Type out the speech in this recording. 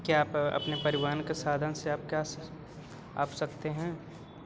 क्या आप अपने परिवहन साधन से आप क्या आप सकते हैं